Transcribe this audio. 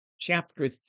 chapter